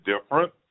different